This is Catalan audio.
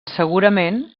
segurament